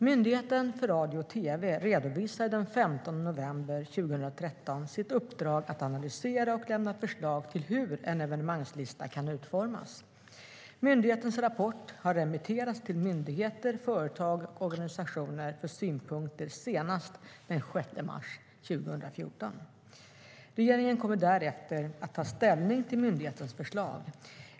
Myndigheten för radio och tv redovisade den 15 november 2013 sitt uppdrag att analysera och lämna ett förslag till hur en evenemangslista kan utformas. Myndighetens rapport har remitterats till myndigheter, företag och organisationer för synpunkter senast den 6 mars 2014. Regeringen kommer därefter att ta ställning till myndighetens förslag.